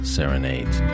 Serenade